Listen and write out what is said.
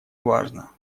важно